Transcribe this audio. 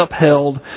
upheld